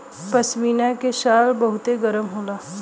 पश्मीना के शाल बहुते गरम होला